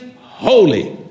holy